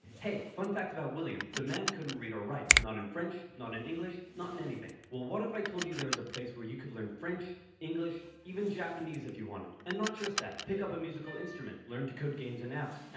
hey! fun fact about william. the man couldn't read or write. not in french, not in english, not in anything. well what if i told you there was a place you could learn french, english, even japanese if you wanted. and not just that. pick up a musical instrument, learn to code games and apps,